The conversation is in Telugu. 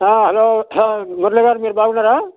హలో హలో మురళిగారు మీరు బాగున్నారా